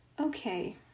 Okay